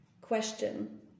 question